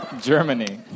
Germany